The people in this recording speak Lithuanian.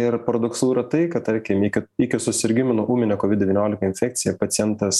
ir paradoksalu yra tai kad tarkim iki iki susirgimų nuo ūminio kovid devyniolika infekcija pacientas